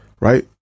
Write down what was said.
right